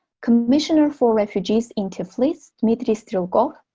commissioner for refugees in tiflis, dmitrii strelkov,